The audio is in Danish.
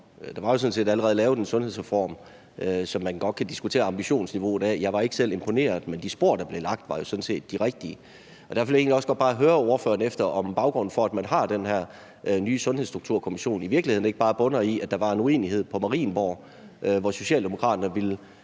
Der var sådan set allerede lavet en sundhedsreform, som man godt kan diskutere ambitionsniveauet i. Jeg var ikke selv imponeret, men de spor, der blev lagt, var jo sådan set de rigtige. Derfor vil jeg egentlig også godt bare høre ordføreren, om baggrunden for, at man har fået den her nye sundhedsstrukturkommission, i virkeligheden ikke bare er, at der var en uenighed på Marienborg, hvor Socialdemokraterne ville